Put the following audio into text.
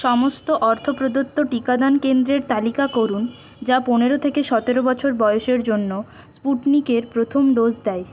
সমস্ত অর্থ প্রদত্ত টিকাদান কেন্দ্রের তালিকা করুন যা পনেরো থেকে সতেরো বছর বয়সের জন্য স্পুটনিক এর প্রথম ডোজ দেয়